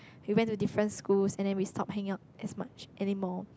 we went to different schools and then we stopped hanging out as much anymore